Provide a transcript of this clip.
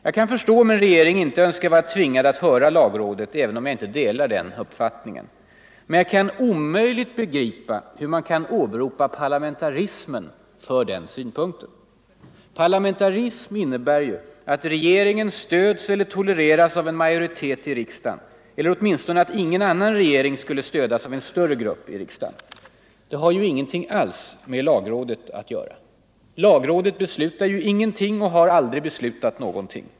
Jag kan förstå om en regering inte önskar vara tvingad att höra lagrådet, även om jag inte delar den uppfattningen. Men jag kan omöjligt begripa hur man kan åberopa parlamentarismen för den synpunkten. Parlamentarism innebär ju att regeringen stöds eller tolereras av en majoritet i riksdagen eller åtminstone att ingen annan regering skulle stödjas av en större grupp i riksdagen. Det har ju ingenting alls med lagrådet att göra. Lagrådet beslutar ingenting och har aldrig beslutat någonting.